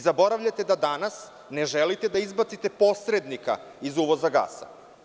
Zaboravljate da danas ne želite da izbacite posrednika iz uvoza gasa.